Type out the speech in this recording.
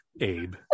Abe